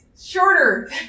shorter